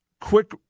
Quick